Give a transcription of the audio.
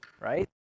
right